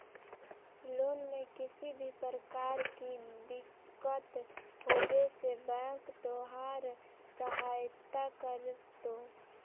loan में किसी भी प्रकार की दिक्कत होवे से बैंक तोहार सहायता करतो